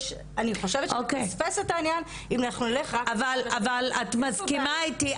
אני חושבת שאנחנו נפספס את העניין -- אבל את מסכימה איתי,